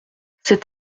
cet